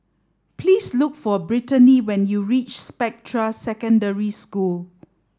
please look for Brittanie when you reach Spectra Secondary School